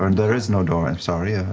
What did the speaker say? and there is no door, i'm sorry, ah